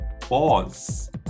Pause